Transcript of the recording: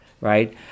right